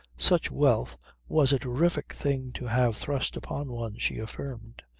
such wealth was a terrific thing to have thrust upon one she affirmed.